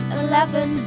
eleven